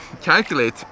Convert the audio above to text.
calculate